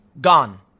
gone